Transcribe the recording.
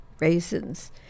raisins